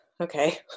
Okay